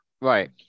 right